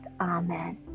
Amen